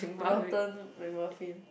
rotten my muffin